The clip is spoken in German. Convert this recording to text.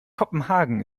kopenhagen